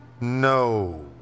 No